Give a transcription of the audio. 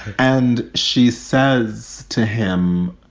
and she says to him,